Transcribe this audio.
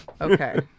Okay